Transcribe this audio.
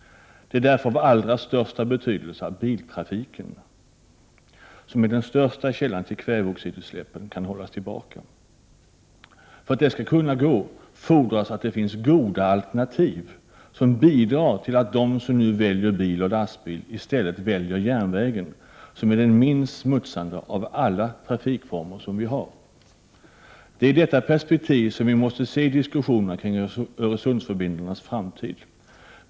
Det är därför av allra största betydelse att biltrafiken, som är den största källan till kväveoxidutsläppen, kan hållas tillbaka. För att detta skall kunna gå fordras det att det finns goda alternativ, som bidrar till att de som nu väljer bil och lastbil i stället väljer järnvägen, som är den minst smutsande av alla trafikformer. Det är i detta perspektiv som diskussionerna kring Öresundsförbindelsernas framtid måste ses.